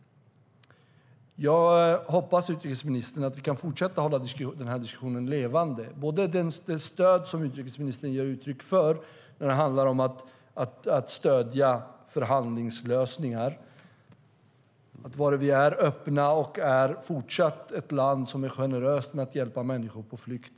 Jag hoppas, utrikesministern, att vi kan fortsätta hålla diskussionen levande och stödja, som utrikesministern ger uttryck för, förhandlingslösningar, att vi kan vara öppna och fortsatt vara ett land som är generöst med att hjälpa människor på flykt.